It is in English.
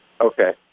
Okay